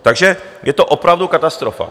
Takže je to opravdu katastrofa.